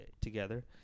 together